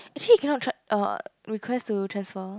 actually you cannot try uh request to transfer